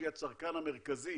שהיא הצרכן המרכזי